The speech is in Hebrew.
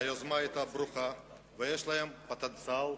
היוזמה היתה ברוכה, ויש להם פוטנציאל.